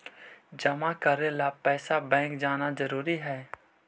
जमा करे ला पैसा बैंक जाना जरूरी है?